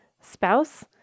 spouse